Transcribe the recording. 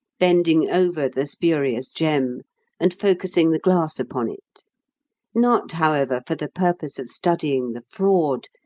bending over the spurious gem and focussing the glass upon it not, however, for the purpose of studying the fraud,